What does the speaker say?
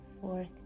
Fourth